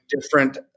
different